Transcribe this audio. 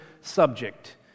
subject